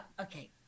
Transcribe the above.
okay